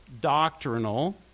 doctrinal